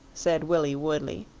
said willie woodley.